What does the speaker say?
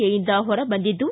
A ಯಿಂದ ಹೊರಬಂದಿದ್ದು